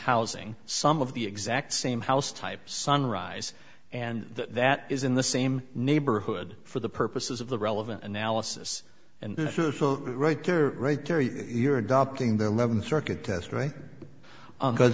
housing some of the exact same house type sunrise and that is in the same neighborhood for the purposes of the relevant analysis and this is so right there right there you're adopting the leaven circuit test right because